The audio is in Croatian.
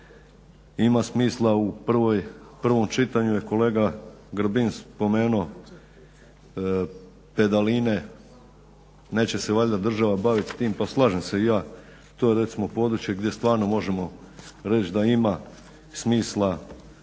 ima smisla. U prvom čitanju je kolega Grbin spomenuo pedaline. Neće se valjda država bavit s tim. Pa slažem se i ja. To je recimo područje gdje stvarno možemo reći da ima smisla